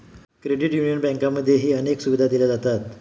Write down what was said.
credit union बँकांमध्येही अनेक सुविधा दिल्या जातात